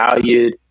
valued